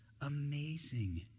Amazing